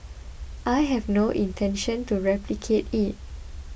I have no intention to replicate it